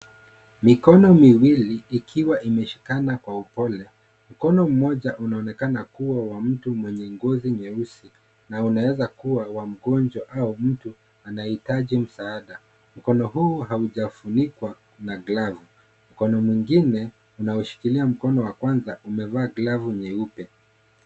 Mikono miwili ikiwa imeshikana kwa upole. Mkono mmoja unaonekana kuwa wa mtu mwenye ngozi nyeusi na unaweza kuwa wa mgonjwa au mtu anayehitaji msaada. Mkono huu haujafunikwa na glavu. Mkono mwingine unaoshikilia mkono wa kwanza umevaa glavu nyeupe.